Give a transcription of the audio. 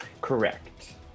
Correct